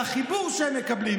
על החיבור שהם מקבלים,